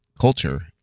culture